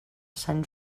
sant